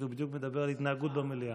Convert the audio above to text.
הוא בדיוק מדבר על התנהגות במליאה.